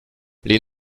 les